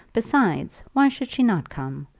besides, why should she not come?